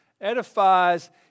edifies